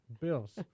Bills